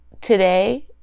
today